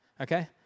okay